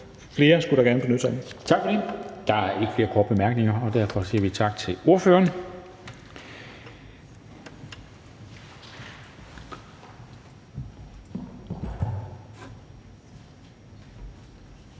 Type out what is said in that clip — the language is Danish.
(Henrik Dam Kristensen): Tak for det. Der er ikke flere korte bemærkninger. Derfor siger vi tak til ordføreren.